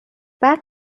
بعد